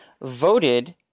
voted